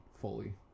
fully